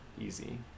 easy